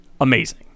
amazing